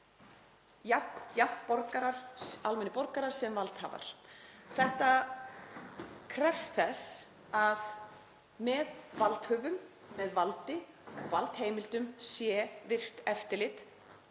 jafnt almennir borgarar sem valdhafar. Þetta krefst þess að með valdhöfum, með valdi, valdheimildum sé virkt eftirlit,